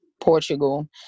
Portugal